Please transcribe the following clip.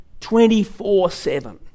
24-7